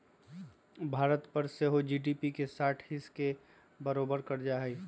भारत पर सेहो जी.डी.पी के साठ हिस् के बरोबर कर्जा हइ